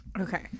okay